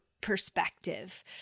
perspective